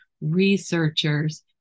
researchers